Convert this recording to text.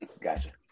Gotcha